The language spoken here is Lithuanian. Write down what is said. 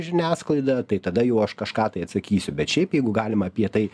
žiniasklaida tai tada jau aš kažką tai atsakysiu bet šiaip jeigu galima apie tai